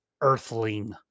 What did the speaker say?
Earthling